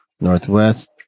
Northwest